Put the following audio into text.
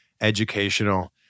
educational